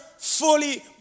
Fully